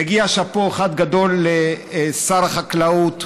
מגיע שאפו אחד גדול לשר החקלאות,